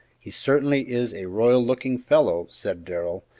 he certainly is a royal-looking fellow, said darrell,